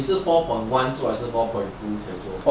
你是 four point one 还是 four point two 才做